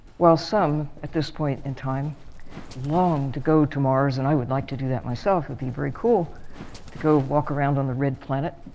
while some at this point in time long to go to mars, and i would like to do that myself, it would be very cool to go walk around on the red planet,